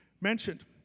mentioned